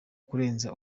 kurenza